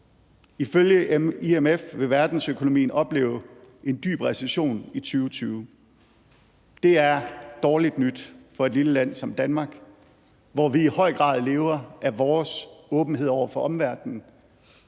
Ifølge IMF vil verdensøkonomien opleve en dyb recession i 2020. Det er dårligt nyt for et lille land som Danmark, hvor vi i høj grad lever af vores åbenhed over for omverdenen,